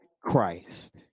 Christ